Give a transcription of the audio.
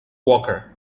walker